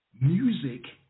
music